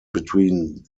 between